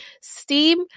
Steam